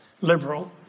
liberal